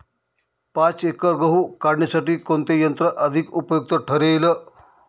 पाच एकर गहू काढणीसाठी कोणते यंत्र अधिक उपयुक्त ठरेल?